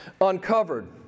uncovered